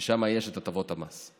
כי שם יש את הטבות המס.